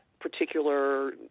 particular